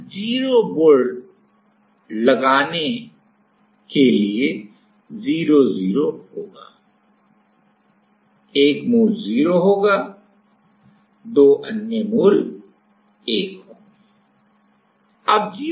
तो यह 0 वोल्टेज के लिए 0 0 होगा 1 मूल 0 होगा और अन्य दो मूल 1 होंगे